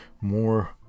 more